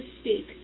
speak